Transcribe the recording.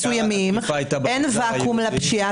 מסוימים, אין ואקום לפשיעה.